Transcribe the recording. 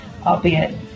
albeit